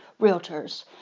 realtors